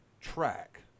track